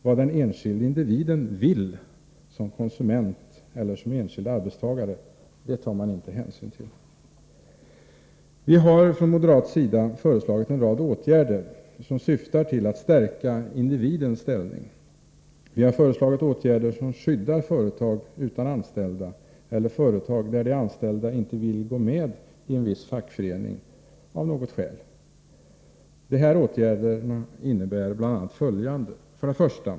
Vad den enskilde individen vill, som konsument eller som enskild arbetstagare, det tar man inte hänsyn till. Vi har från moderat sida föreslagit en rad åtgärder som syftar till att stärka individens ställning. Vi har föreslagit åtgärder som skyddar företag utan anställda och företag där de anställda av något skäl inte vill gå in i en viss fackförening. Dessa åtgärder innebär bl.a. följande: 1.